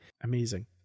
amazing